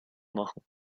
machen